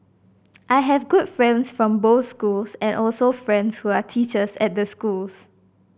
I have good friends from both schools and also friends who are teachers at the schools